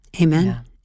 Amen